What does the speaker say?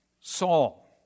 Saul